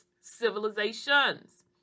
civilizations